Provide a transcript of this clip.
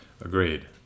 Agreed